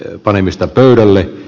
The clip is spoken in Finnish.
sen panemista pöydälle